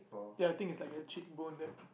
the other thing is like a cheekbone that